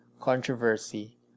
controversy